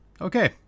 Okay